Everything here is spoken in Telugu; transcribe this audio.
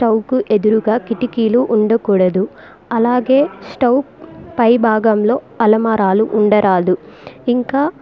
స్టవ్ కు ఎదురుగా కిటికీలు ఉండకూడదు అలాగే స్టవ్ పై భాగంలో అల్మారాలు ఉండరాదు ఇంకా